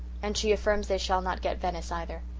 and she affirms they shall not get venice either.